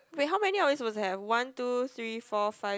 wait how many we are suppose to have one two three four five